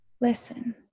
Listen